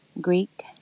Greek